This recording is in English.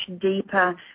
deeper